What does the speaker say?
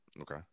Okay